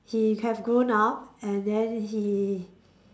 he have grown up and then he